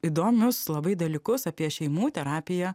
įdomius labai dalykus apie šeimų terapiją